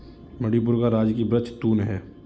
मणिपुर का राजकीय वृक्ष तून है